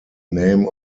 name